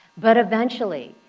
but eventually,